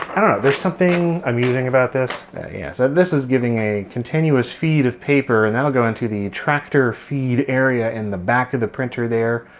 i don't know there's something amusing about this. yeah so this is giving a continuous feed of paper and that'll go into the tractor feed area in the back of the printer there.